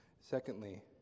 secondly